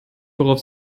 worauf